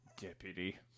Deputy